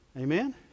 Amen